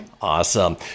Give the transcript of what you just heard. Awesome